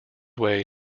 way